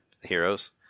heroes